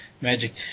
Magic